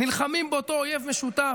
נלחמים באותו אויב משותף.